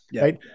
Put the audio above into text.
Right